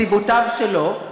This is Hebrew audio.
מסיבותיו שלו,